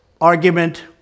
argument